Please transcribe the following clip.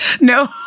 No